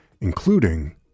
including